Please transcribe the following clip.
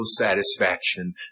satisfaction